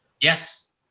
Yes